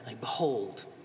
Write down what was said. Behold